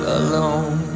alone